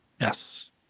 Yes